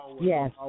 Yes